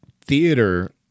theater